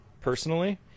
personally